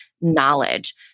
knowledge